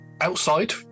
Outside